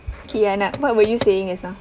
okay ya what were you saying just now